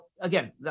again